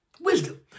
Wisdom